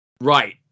right